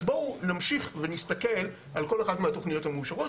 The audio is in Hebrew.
אז בואו נמשיך ונסתכל על כל אחת מהתוכניות המאושרות: